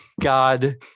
God